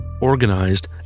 organized